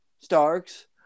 Starks